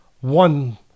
one